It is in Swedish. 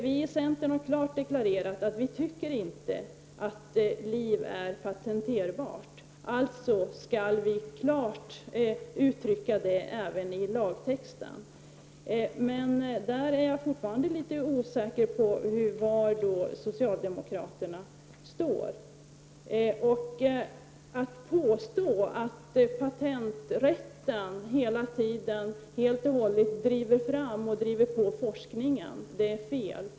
Vi i centern har klart deklarerat att vi inte tycker att liv är patenterbart och att vi menar att detta klart skall uttryckas även i lagtexten. Men jag är i det avseendet fortfarande litet osäker om var socialdemokraterna står. Att påstå att patenträtten hela tiden driver på forskningen är fel.